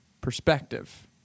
perspective